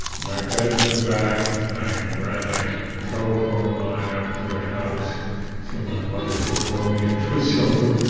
my bed in the back and i ran a telephone line up to the ah house so my mother could call me in for supper.